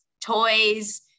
toys